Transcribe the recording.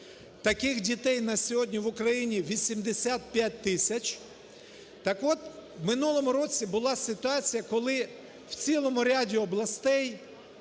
таких дітей на сьогодні в Україні 85 тисяч. Так от в минулому році була ситуація, коли в цілому ряді областей